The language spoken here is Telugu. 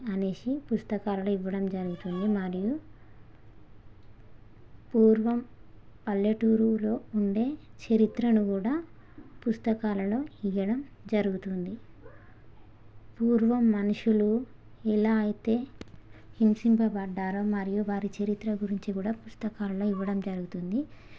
అనేశి పుస్తకాలలో ఇవ్వడం జరుగుతుంది మరియు పూర్వం పల్లెటూరులో ఉండే చరిత్రను కూడా పుస్తకాలలో ఇవ్వడం జరుగుతుంది పూర్వం మనుషులు ఎలా అయితే హింసింపబడ్డారో మరియు వారి చరిత్ర గురించి కూడా పుస్తకాల్లో ఇవ్వడం జరుగుతుంది